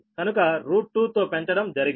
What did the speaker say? కనుక 2 తో పెంచడం జరిగింది